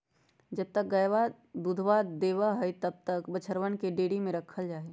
जब तक गयवा दूधवा देवा हई तब तक बछड़वन के डेयरी में रखल जाहई